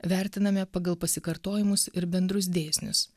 vertiname pagal pasikartojimus ir bendrus dėsnius